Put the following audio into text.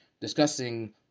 discussing